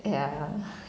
ya